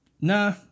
Nah